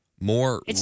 more